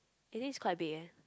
eh this is quite big eh